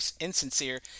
insincere